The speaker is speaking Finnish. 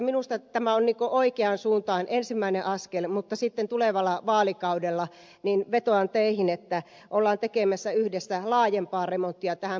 minusta tämä on oikeaan suuntaan ensimmäinen askel mutta sitten tulevalla vaalikaudella vetoan teihin että ollaan tekemässä yhdessä laajempaa remonttia tähän budjetti ja valtuusmenettelyyn